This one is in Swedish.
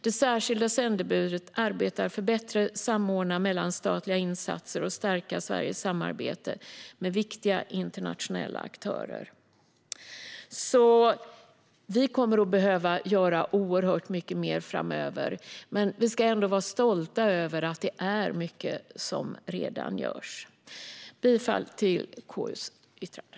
Det särskilda sändebudet arbetar för att bättre samordna mellanstatliga insatser och stärka Sveriges samarbete med viktiga internationella aktörer. Vi kommer att behöva göra oerhört mycket mer framöver. Men vi ska ändå vara stolta över att det är mycket som redan görs. Jag yrkar bifall till KU:s yttrande.